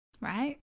right